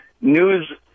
news